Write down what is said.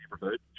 neighborhood